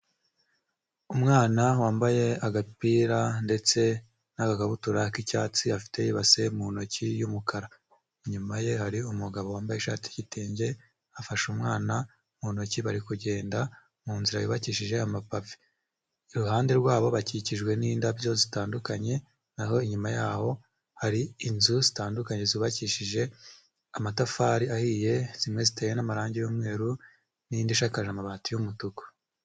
Umwana wambaye agapira ndetse n'agakabutura k'icyatsi afite ibase mu ntoki y'umukara, inyuma ye hari umugabo wambaye ishati y'igitenge afashe umwana mu ntoki bari kugenda munzira yubakishije amapafe. Iruhande rwabo bakikijwe n'indabyo zitandukanye, naho inyuma yaho hari inzu zitandukanye zubakishije amatafari ahiye zimwe ziteye n'amarangi y'umweru n'indi ishakaje amabati y'umutuku.